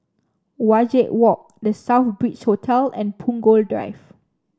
Wajek Walk The Southbridge Hotel and Punggol Drive